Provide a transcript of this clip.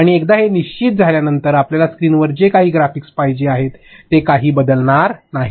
आणि एकदा हे निश्चित झाल्यानंतर आपल्याला स्क्रीनवर जे काही ग्राफिक्स पाहिजे आहेत ते काहीही बदलणार नाही